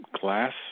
glass